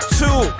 two